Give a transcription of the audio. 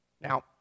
Now